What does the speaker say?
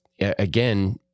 again